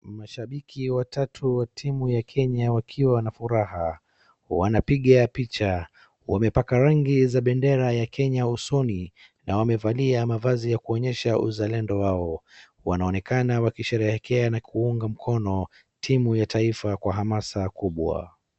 Mashabiki watatu wa timu ya Kenya wakiwa na furaha. Wanapiga picha. Wamepaka rangi za bendera ya Kenya usoni na wamevalia mavazi ya kuonyesha uzalendo wao. Wanaonekana wakisherehekea na kuunga moono timu ya taifa kwa hamasa kubwa.